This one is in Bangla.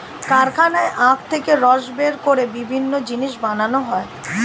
কারখানায় আখ থেকে রস বের করে বিভিন্ন জিনিস বানানো হয়